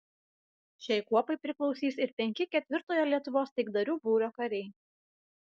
šiai kuopai priklausys ir penki ketvirtojo lietuvos taikdarių būrio kariai